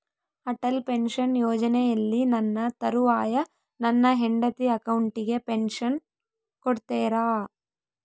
Atal pension ಯೋಜನೆಯಲ್ಲಿ ನನ್ನ ತರುವಾಯ ನನ್ನ ಹೆಂಡತಿ ಅಕೌಂಟಿಗೆ ಪೆನ್ಶನ್ ಕೊಡ್ತೇರಾ?